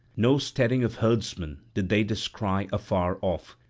no steading of herdsmen did they descry afar off,